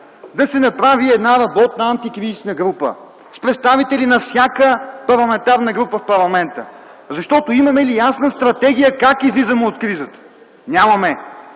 да се направи една работна антикризисна група с представители на всяка парламентарна група в парламента. Имаме ли ясна стратегия как излизаме от кризата? Нямаме.